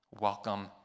welcome